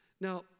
Now